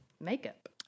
makeup